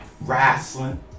wrestling